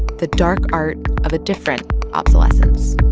the dark art of a different obsolescence